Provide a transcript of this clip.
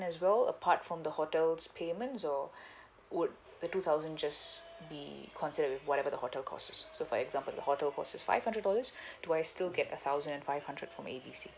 as well apart from the hotels payment or would the two thousand just be considered with whatever the hotel cost is so for example the hotel cost is five hundred dollars do I still get a thousand and five hundred from A B C